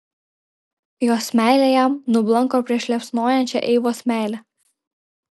jos meilė jam nublanko prieš liepsnojančią eivos meilę